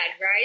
right